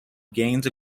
gains